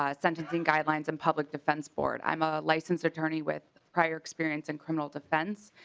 ah sentencing guidelines and public defense sport i'm a licensed attorney with prior experience in criminal defense.